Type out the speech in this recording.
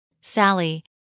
Sally